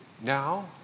now